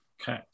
Okay